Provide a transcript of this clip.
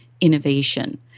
innovation